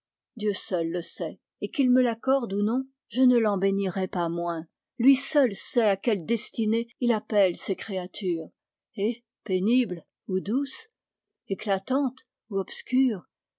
dieu seul le sait et qu'il me l'accorde ou non je ne l'en bénirai pas moins lui seul sait à quelle destinée il appelle ses créatures et pénible ou douce éclatante ou obscure